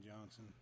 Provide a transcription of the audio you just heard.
Johnson